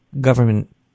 Government